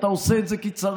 אתה עושה את זה כי צריך.